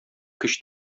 көч